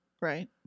Right